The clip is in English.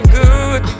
good